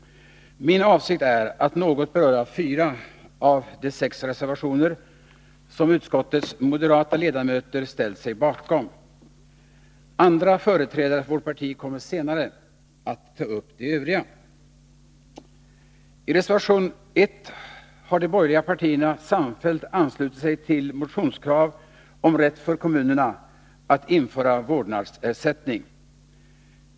Min avsikt är att något beröra fyra av de sex reservationer som utskottets moderata ledamöter ställt sig bakom. Andra företrädare för vårt parti kommer senare att ta upp de övriga. I reservation 1 har de borgerliga partierna samfällt anslutit sig till motionskrav om rätt för kommunerna att införa vårdnadsersättning.